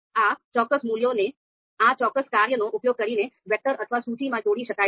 આ ચોક્કસ મૂલ્યોને આ ચોક્કસ કાર્યનો ઉપયોગ કરીને વેક્ટર અથવા સૂચિમાં જોડી શકાય છે